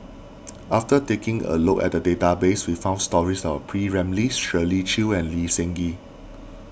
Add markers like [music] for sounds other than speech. [noise] after taking a look at the database we found stories about P Ramlee Shirley Chew and Lee Seng Gee